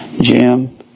Jim